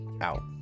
out